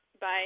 Bye